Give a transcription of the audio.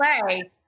Play